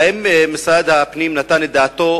האם משרד הפנים נתן את דעתו?